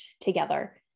together